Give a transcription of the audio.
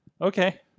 Okay